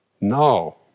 No